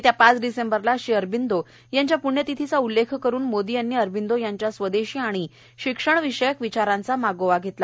येत्या पाच डिसेंबरला श्री अरबिंदो यांच्या प्ण्यतिथीचा उल्लेख करून मोदी यांनी अरबिंदो यांच्या स्वदेशी आणि शिक्षणविषयक विचारांचा मागोवा घेतला